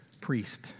priest